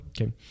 Okay